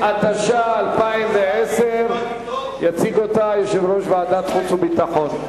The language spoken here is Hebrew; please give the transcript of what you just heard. התש"ע 2010. יציג אותה יושב-ראש ועדת החוץ והביטחון.